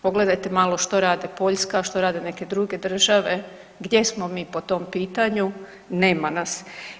Pogledajte malo što rade Poljska, što rade neke druge države, gdje smo mi po tom pitanju, nema nas.